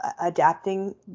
adapting